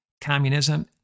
communism